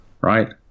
Right